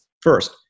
First